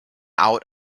out